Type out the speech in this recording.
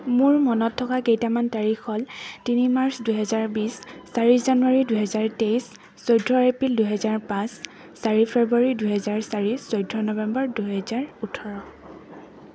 মোৰ মনত থকা কেইটামান তাৰিখ হ'ল তিনি মাৰ্চ দুহেজাৰ বিশ চাৰি জানুৱাৰী দুহেজাৰ তেইছ চৈধ্য এপ্ৰিল দুহেজাৰ পাঁচ চাৰি ফেব্ৰুৱাৰী দুহেজাৰ চাৰি চৈধ্য নৱেম্বৰ দুহেজাৰ ওঁঠৰ